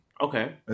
Okay